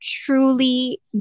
truly